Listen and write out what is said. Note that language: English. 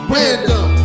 Random